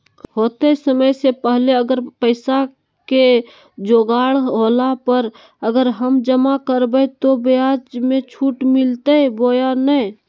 होतय समय से पहले अगर पैसा के जोगाड़ होला पर, अगर हम जमा करबय तो, ब्याज मे छुट मिलते बोया नय?